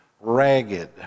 ragged